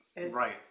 Right